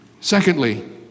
Secondly